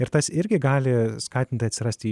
ir tas irgi gali skatint atsirasti